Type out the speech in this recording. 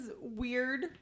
weird